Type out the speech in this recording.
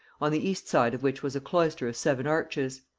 on the east side of which was a cloister of seven arches.